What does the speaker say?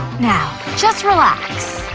now just relax.